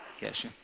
Yes